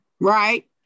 right